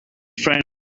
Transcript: friend